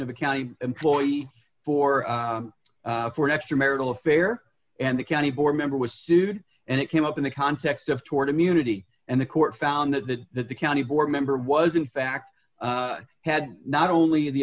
of a county employee for for an extramarital affair and the county board member was sued and it came up in the context of tort immunity and the court found that that the county board member was in fact had not only the